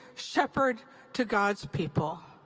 shepherd to god's people.